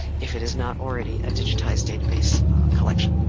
if it is not already a digitized database collection.